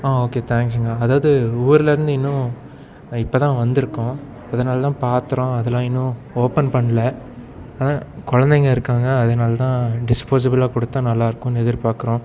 ஆ okay தேங்க்ஸுங்க அதாவது ஊரில் இருந்து இன்னும் இப்போதான் வந்திருக்கோம் அதனாலதான் பாத்திரம் அதெல்லாம் இன்னும் ஓப்பன் பண்ணல அதுதான் குழந்தைங்க இருக்காங்க அதனாலதான் டிஸ்போசபிளா கொடுத்தா நல்லாயிருக்குன்னு எதிர்பார்க்குறோம்